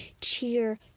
cheer